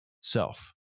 self